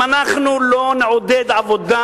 אם אנחנו לא נעודד עבודה,